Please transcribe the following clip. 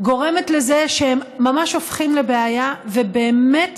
גורמת לזה שהם ממש הופכים לבעיה ובאמת